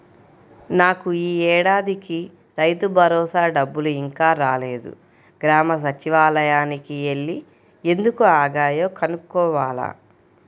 నాకు యీ ఏడాదికి రైతుభరోసా డబ్బులు ఇంకా రాలేదు, గ్రామ సచ్చివాలయానికి యెల్లి ఎందుకు ఆగాయో కనుక్కోవాల